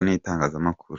n’itangazamakuru